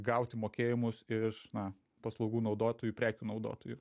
gauti mokėjimus iš na paslaugų naudotojų prekių naudotojų